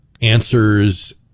answers